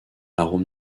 arôme